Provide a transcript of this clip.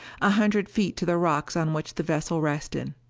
a hundred feet to the rocks on which the vessel rested.